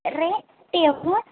rate எவ்வளோ